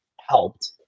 helped